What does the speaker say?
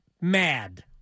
mad